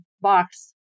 box